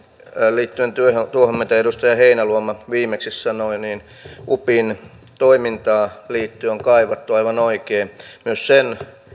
liittyen tuohon mitä edustaja heinäluoma viimeksi sanoi upin toimintaan liittyen on aivan oikein kaivattu myös sen